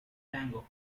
tango